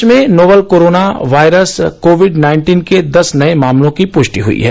देश में novel corona virus COVID nineteen के दस नए मामलों की पुष्टि हुई है